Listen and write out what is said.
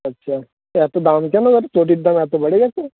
আচ্চা এত দাম কেন আর চটির দাম এত বেড়ে গেছে